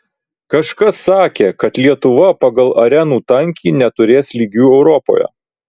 kažkas sakė kad lietuva pagal arenų tankį neturės lygių europoje